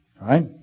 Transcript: Right